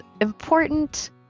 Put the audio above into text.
important